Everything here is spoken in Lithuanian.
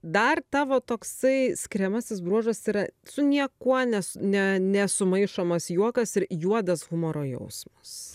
dar tavo toksai skiriamasis bruožas yra su niekuo nes ne nesumaišomas juokas ir juodas humoro jausmas